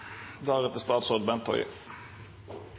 også statsråd Bent Høie